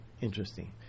interesting